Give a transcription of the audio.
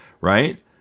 right